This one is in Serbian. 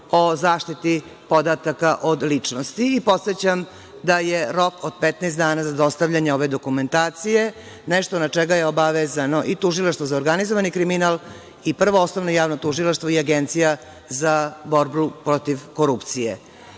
o zaštiti podataka o ličnosti. Podsećam da je rok od 15 dana za dostavljanje ove dokumentacije nešto na čega je obavezano i Tužilaštvo za organizovani kriminal i Prvo osnovno javno tužilaštvo i Agencija za borbu protiv korupcije. Rado